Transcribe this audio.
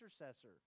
intercessor